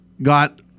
got